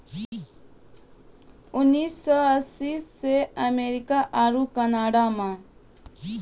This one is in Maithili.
उन्नीस सौ अस्सी से अमेरिका आरु कनाडा मे